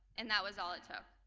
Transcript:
and that was all it took.